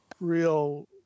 real